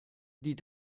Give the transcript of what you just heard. die